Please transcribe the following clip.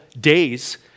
days